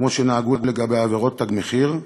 כמו שנהגו לגבי עבירות "תג מחיר",